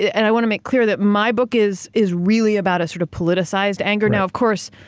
and i want to make clear that my book is is really about a sort of politicized anger. now of course,